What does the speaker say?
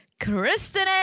Kristen